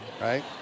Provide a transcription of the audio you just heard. right